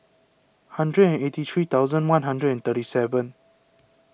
hundred and eighty three thousand one hundred and thirty seven